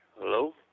Hello